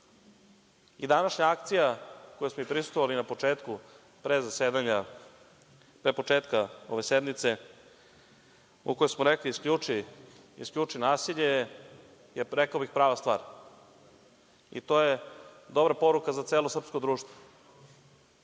Današnja akcija kojoj smo prisustvovali na početku, pre početka ove sednice u kojoj smo rekli – isključi nasilje, je rekao bih prava stvar. To je dobra poruka za celo srpsko društvo. To